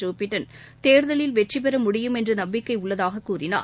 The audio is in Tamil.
ஜோபிடன் தேர்தலில் வெற்றி பெற முடியும் என்ற நம்பிக்கை உள்ளதாக கூறினார்